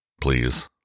Please